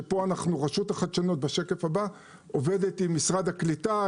שפה רשות החדשנות עובדת עם משרד הקליטה,